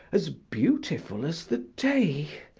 as beautiful as the day,